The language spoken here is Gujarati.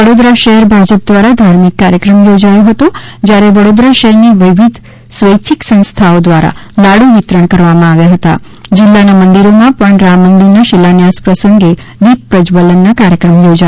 વડોદરા શહેર ભાજપ દ્વારા ધાર્મિક કાર્યક્રમ યોજાયો હતો જ્યારે વડોદરા શહેરની વિવિધ સ્વૈચ્છિક સંસ્થાઓ દ્વારા લાડુ વિતરણ કરવામાં આવ્યું જિલ્લાના મંદિરોમાં પણ રામ મંદિરના શિલાન્યાસ પ્રસંગે દીપ પ્રજવલન ના કાર્યક્રમો યોજાયા હતા